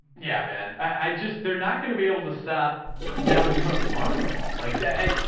yeah man, i just, they're not going to be able to stop dalvin cook running the ball like that. hey,